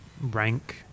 rank